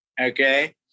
Okay